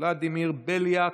ולדימיר בליאק,